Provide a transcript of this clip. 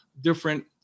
different